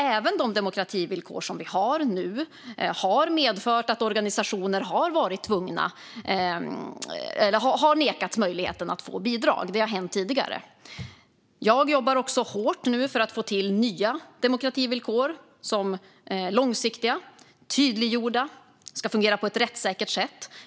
Även de demokrativillkor som vi har nu har medfört att organisationer har nekats möjligheten att få bidrag. Det har hänt tidigare. Jag jobbar hårt nu för att få till nya demokrativillkor som är långsiktiga och tydliggjorda och som ska fungera på ett rättssäkert sätt.